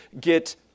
get